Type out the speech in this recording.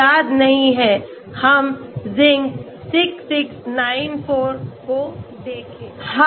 मुझे याद नहीं है हम Zinc6694 को देखें